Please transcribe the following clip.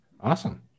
Awesome